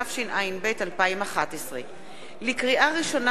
התשע”ב 2011. לקריאה ראשונה,